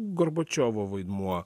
gorbačiovo vaidmuo